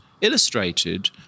illustrated